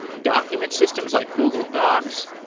document systems like google docs,